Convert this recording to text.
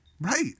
Right